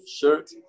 shirt